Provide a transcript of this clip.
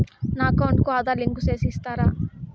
నా అకౌంట్ కు ఆధార్ లింకు సేసి ఇస్తారా?